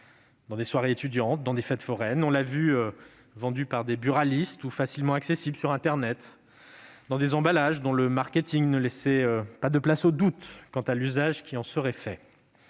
dans des soirées étudiantes, dans des fêtes foraines ; on l'a vu vendu par des buralistes ou facilement accessible sur internet, dans des emballages dont le marketing ne laissait pas de place au doute quant à l'usage qui en serait fait